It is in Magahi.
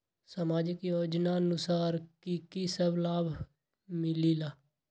समाजिक योजनानुसार कि कि सब लाब मिलीला?